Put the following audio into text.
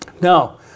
Now